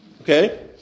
Okay